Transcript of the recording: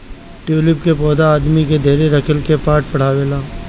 tulip के पौधा आदमी के धैर्य रखला के पाठ पढ़ावेला